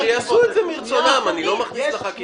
שיעשו את זה מרצונם, אני לא מכניס את זה לחקיקה.